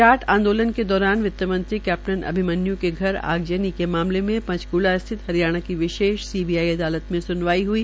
जाट आंदोलन के दौरान वित्तमंत्री कैप्टन अभिमन्यू के घर आगज़नी के मामले में पंचक्ला स्थित हरियाणा के विशेष सीबीओ अदालत में सुनवाई हुई